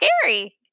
scary